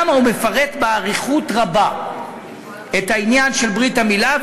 הוא מפרט שם באריכות רבה את העניין של ברית המילה,